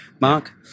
mark